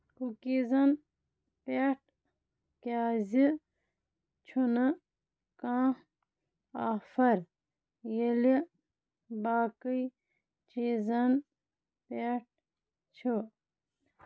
کُکیٖزن پٮ۪ٹھ کیٛازِ چھُنہٕ کانٛہہ آفر ییٚلہِ باقٕے چیٖزن پٮ۪ٹھ چھُ